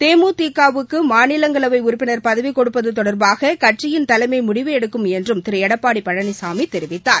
தேமுதிக வுக்கு மாநிலங்களவை உறுப்பினர் பதவி கொடுப்பது தொடர்பாக கட்சியின் தலைமை முடிவு எடுக்கும் என்றும் திரு எடப்பாடி பழனிசாமி தெரிவித்தார்